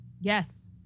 Yes